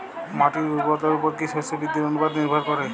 মাটির উর্বরতার উপর কী শস্য বৃদ্ধির অনুপাত নির্ভর করে?